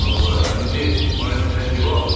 ꯍꯣꯏ ꯍꯣꯏ ꯑꯗꯨꯗꯤ ꯍꯣꯔꯦꯟ ꯊꯦꯡꯅꯁꯤꯀꯣ